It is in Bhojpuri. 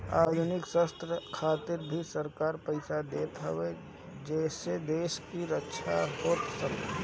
आधुनिक शस्त्र खातिर भी सरकार पईसा देत हवे जेसे देश के रक्षा हो सके